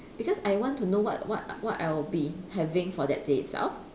because I want to know what what what I will be having for that day itself